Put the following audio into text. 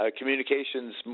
communications